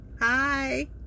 Hi